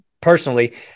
personally